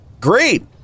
Great